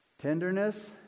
tenderness